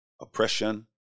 Oppression